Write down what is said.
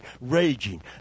raging